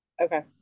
okay